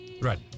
Right